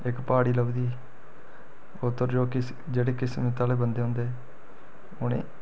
इक प्हाड़ी लभदी उद्धर जोह्की जेह्ड़ी किस्मत आह्ले बंदे होंदे उ'नेंगी